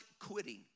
quitting